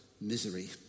misery